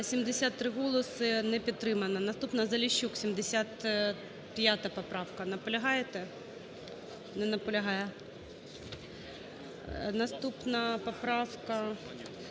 три голоси – не підтримана. Наступна, Заліщук, 75 поправка. Наполягаєте? Не наполягає. Наступна поправка.